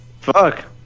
Fuck